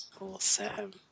awesome